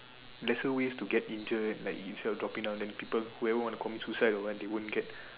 lesser ways to get injured like instead of dropping down then people whoever wanna commit suicide or what they wont get